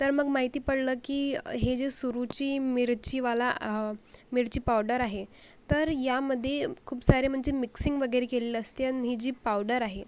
तर मग माहिती पडलं की हे जे सुरुची मिरचीवाला मिरची पावडर आहे तर यामध्ये खूप सारे म्हणजे मिक्सिंग वगैरे केलेलं असते आणि ही जी पावडर आहे